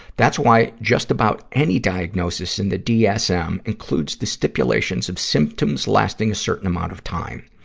that's why just about any diagnosis in the dsm includes the stipulations of symptoms lasting a certain amount of time.